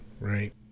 right